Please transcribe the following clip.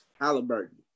Halliburton